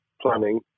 planning